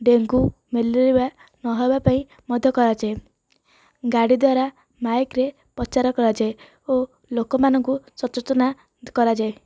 dengue malaria ନ ହେବା ପାଇଁ ମଧ୍ୟ କରାଯାଏ ଗାଡ଼ି ଦ୍ୱାରା ମାଇକ୍ରେ ପ୍ରଚାର କରାଯାଏ ଓ ଲୋକମାନଙ୍କୁ ସଚେଚନ କରାଯାଏ